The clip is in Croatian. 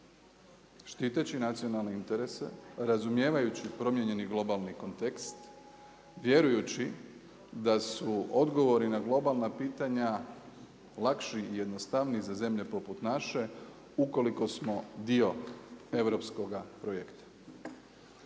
Štiteći nacionalne interese, razumijevajući promijenjeni globalni kontekst, vjerujući da su odgovori na globalna pitanja lakši i jednostavniji za zemlje poput naše, ukoliko smo dio europskoga projekta.